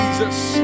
Jesus